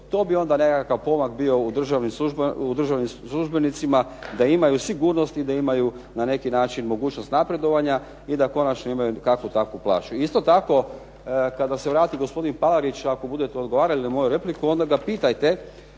To bi onda nekakav pomak bio u državnim službenicima da imaju sigurnosti i da imaju na neki način mogućnost napredovanja i da konačno imaju kakvu takvu plaću. Isto tako kada se vrati gospodin Palarić ako budete odgovarali na moju repliku onda ga pitajte,